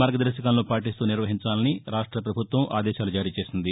మార్గదర్శకాలను పాటిస్తూ నిర్వహించాలని రాష్ట పభుత్వం ఆదేశాలు జారీచేసింది